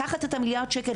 לקחת את המיליארד שקל,